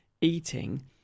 eating